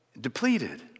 depleted